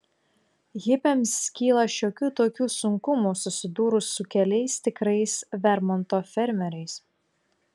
hipiams kyla šiokių tokių sunkumų susidūrus su keliais tikrais vermonto fermeriais